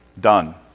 done